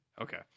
Okay